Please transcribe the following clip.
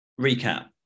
recap